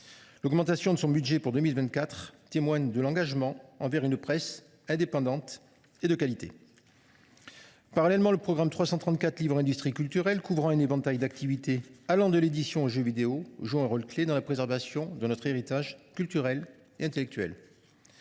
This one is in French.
L’augmentation de son budget pour 2024 témoigne de l’engagement envers une presse indépendante et de qualité. Le programme 334 « Livre et industries culturelles », qui couvre un éventail d’activités allant de l’édition aux jeux vidéo, joue un rôle clé dans la préservation de notre héritage culturel et intellectuel.